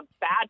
bad